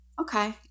okay